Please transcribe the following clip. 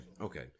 Okay